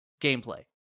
gameplay